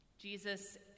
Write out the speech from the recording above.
Jesus